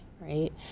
right